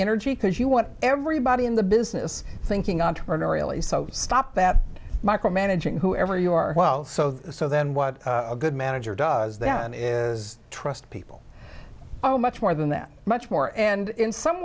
energy because you want everybody in the business thinking entrepreneurially so stop that micromanaging whoever you are well so so then what a good manager does that is trust people oh much more than that much more and in some